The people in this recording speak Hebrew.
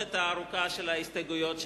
במסכת הארוכה של ההסתייגויות ששמענו.